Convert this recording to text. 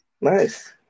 Nice